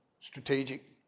strategic